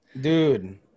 Dude